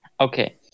Okay